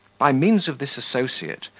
by means of this associate,